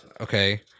Okay